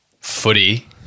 footy